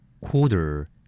quarter